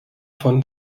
von